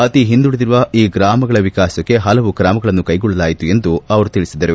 ಅತಿ ಹಿಂದುಳಿದಿರುವ ಈ ಗ್ರಾಮಗಳ ವಿಕಾಸಕ್ಕೆ ಹಲವು ಕ್ರಮಗಳನ್ನು ಕೈಗೊಳ್ಳಲಾಯಿತು ಎಂದು ತಿಳಿಸಿದರು